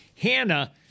Hannah